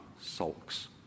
sulks